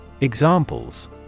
Examples